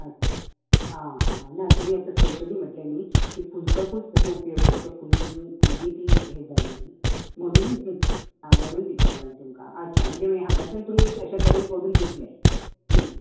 अच्छा आं हां हां ना तुमी आतां स्पेशली म्हटलें न्ही की फुलतकूच ताचो उपयोग ना किंवा फुलून फुल्लीं ती हें जाली म्हणून म्हणून विचारलें हांवें तुमकां अच्छा म्हणजे हांगाच्यान तुमी तशे तरेन करून दितले